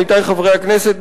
עמיתי חברי הכנסת,